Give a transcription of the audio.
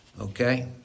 okay